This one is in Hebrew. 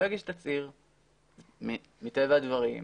מטבע הדברים,